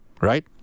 right